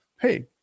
hey